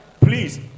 Please